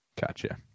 Gotcha